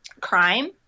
crime